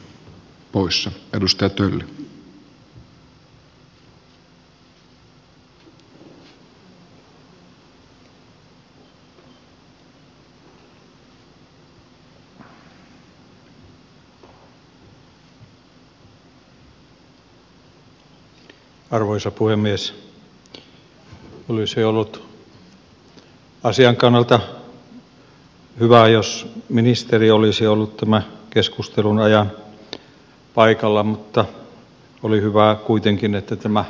olisi ollut asian kannalta hyvä jos ministeri olisi ollut tämän keskustelun ajan paikalla mutta oli kuitenkin hyvä että tämä debatti saatiin käytyä